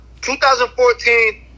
2014